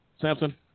samson